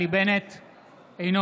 אינו נוכח